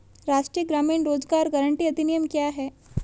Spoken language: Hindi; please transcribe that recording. राष्ट्रीय ग्रामीण रोज़गार गारंटी अधिनियम क्या है?